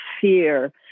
fear